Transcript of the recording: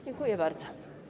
Dziękuję bardzo.